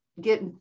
get